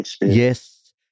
yes